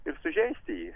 ir sužeisti jį